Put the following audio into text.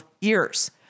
years